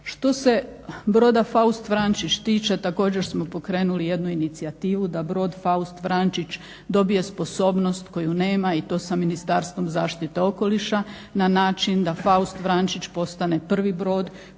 Što se broda "Faust Vrančić" tiče također smo pokrenuli jednu inicijativu da brod "Faust Vrančić" dobije sposobnost koju nema i to sa Ministarstvom zaštite okoliša na način da "Faust Vrančić" postane prvi brod